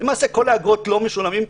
למעשה כל האגרות לא משולמות,